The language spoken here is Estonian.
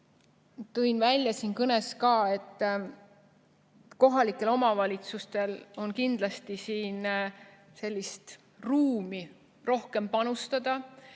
tõin välja siin kõnes ka, et kohalikel omavalitsustel on kindlasti siin ruumi rohkem panustada.